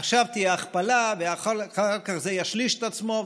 עכשיו תהיה הכפלה ואחר כך זה ישליש את עצמו.